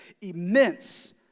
immense